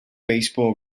baseball